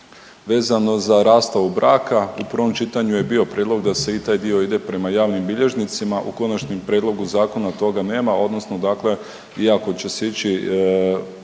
vezano za rastavu braka u prvom čitanju je bio prijedlog da se i taj dio ide prema javnim bilježnicima, u konačnom prijedlogu zakona toga nema odnosno dakle i ako će se ići